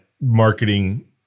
marketing